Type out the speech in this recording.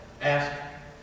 ask